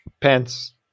pants